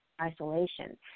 isolation